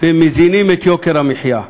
ומזינים את יוקר המחיה.